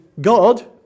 God